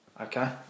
okay